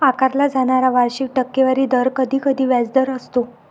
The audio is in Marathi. आकारला जाणारा वार्षिक टक्केवारी दर कधीकधी व्याजदर असतो